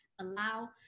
allow